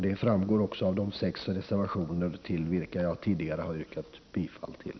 Det framgår också av de sex reservationer till vilka jag tidigare har yrkat bifall.